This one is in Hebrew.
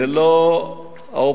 זה לא האופוזיציה,